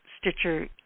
Stitcher